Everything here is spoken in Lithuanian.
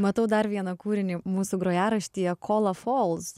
matau dar vieną kūrinį mūsų grojaraštyje kola fols